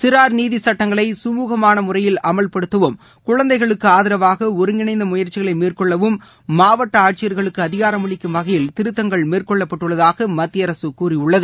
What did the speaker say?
சிறார் நீதி சட்டங்களை கமுகமான முறையில் அமல்படுத்தவும் குழந்தைகளுக்கு ஆதரவாக ஒருங்கிணைந்த முயற்சிகளை மேற்கொள்ளவும் மாவட்ட ஆட்சியர்களுக்கு அதிகாரமளிக்கும் வகையில் திருத்தங்கள் மேற்கொள்ளப்பட்டுள்ளதாக மத்திய அரசு கூறியுள்ளது